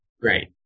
Great